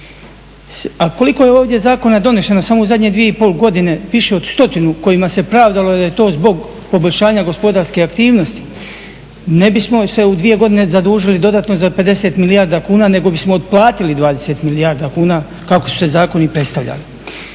A koliko je ovdje zakona donešeno samo u zadnje dvije i pol godine piše od stotinu kojima se pravdalo da je to zbog poboljšanja gospodarske aktivnosti. Ne bismo se u dvije godine zadužili dodatno za 50 milijardi kuna, nego bismo otplatili 20 milijardi kuna kako su se zakoni predstavljali.